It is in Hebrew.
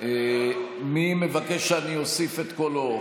מי מבקש שאני אוסיף את קולו?